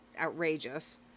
outrageous